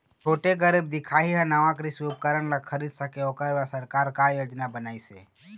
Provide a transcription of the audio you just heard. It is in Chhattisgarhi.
छोटे गरीब दिखाही हा नावा कृषि उपकरण ला खरीद सके ओकर बर सरकार का योजना बनाइसे?